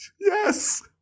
Yes